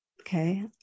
okay